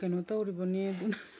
ꯀꯩꯅꯣ ꯇꯧꯔꯤꯕꯅꯤ ꯑꯗꯨꯅ